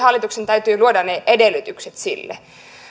hallituksen täytyy luoda ne edellytykset sille